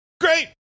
Great